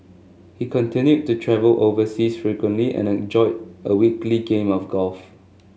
he continued to travel overseas frequently and enjoyed a weekly game of golf